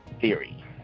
theory